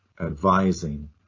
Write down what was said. advising